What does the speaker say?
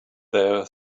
there